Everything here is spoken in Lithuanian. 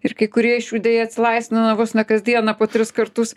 ir kai kurie iš jų deja atsilaisvina vos ne kasdieną po tris kartus